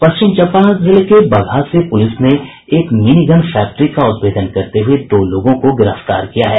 पश्चिम चंपारण जिले के बगहा से पुलिस ने एक मिनीगन फैक्ट्री का उद्भेदन करते हुए दो लोगों को गिरफ्तार किया है